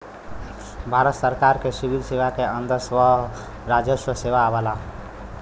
भारत सरकार के सिविल सेवा के अंदर राजस्व सेवा आवला